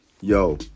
Yo